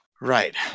Right